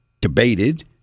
debated